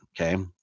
Okay